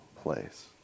place